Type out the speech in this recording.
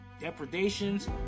depredations